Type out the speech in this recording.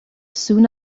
soon